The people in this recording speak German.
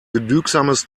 genügsames